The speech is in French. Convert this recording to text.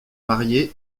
marié